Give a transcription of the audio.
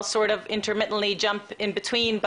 ואני גם אתערב תוך כדי,